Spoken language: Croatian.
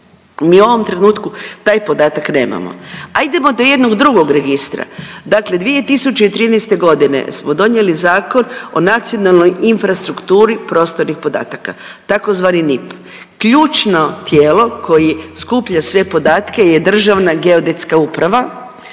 mi u ovom trenutku taj podatak nemamo. Ajdemo do jednog drugog registra, dakle 2013.g. smo donijeli Zakon o nacionalnoj infrastrukturi prostornih podataka tzv. NIP. Ključno tijelo koji skuplja sve podatke je Državna geodetska uprava